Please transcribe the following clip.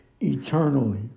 eternally